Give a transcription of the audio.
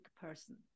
person